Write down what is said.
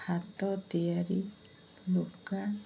ହାତ ତିଆରି ଲୁଗା